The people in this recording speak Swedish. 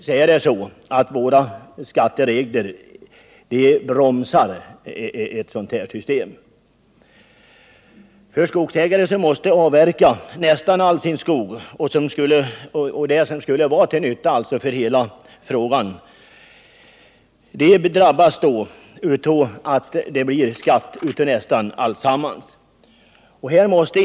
Våra skatteregler bromsar emellertid möjligheterna att gå fram på den vägen. De skogsägare som måste avverka nästan all sin skog för att hindra angreppens spridning — vilket alltså även skulle vara till nytta för många andra — drabbas nämligen av att de på grund av det nuvarande skattesystemet får betala nästan allt i skatt för sin skogslikvid.